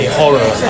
horror